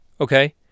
okay